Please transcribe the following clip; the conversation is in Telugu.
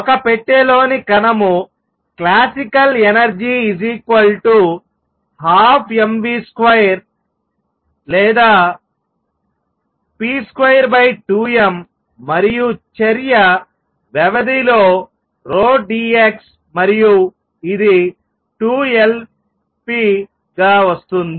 ఒక పెట్టెలోని కణము క్లాసికల్ ఎనర్జీ 12mv2 లేదా p22m మరియు చర్య వ్యవధిలో p d x మరియు ఇది 2 Lp గా వస్తుంది